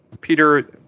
Peter